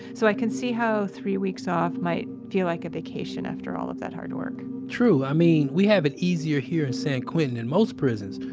so i can see how three weeks off might feel like a vacation after all of that hard work true. i mean, we have it easier here in san quentin than and most prisons,